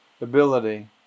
ability